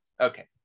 Okay